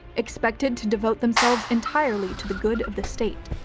expected to devote themselves entirely to the good of the state.